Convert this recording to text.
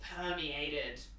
permeated